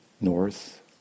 North